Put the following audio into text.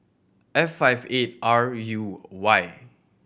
F five eight R U Y